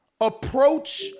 Approach